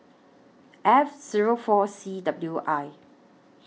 F Zero four C W I